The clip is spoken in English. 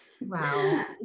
wow